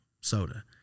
soda